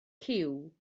cyw